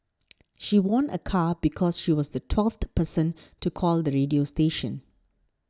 she won a car because she was the twelfth person to call the radio station